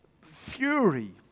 fury